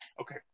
okay